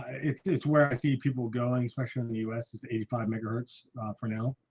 it's where i see people going especially in the u s. is the eighty five megahertz for now